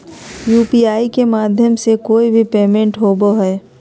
UPI के माध्यम से ही कोय भी पेमेंट होबय हय